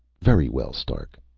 very well, stark.